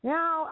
Now